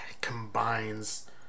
combines